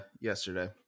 yesterday